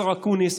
השר אקוניס,